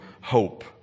hope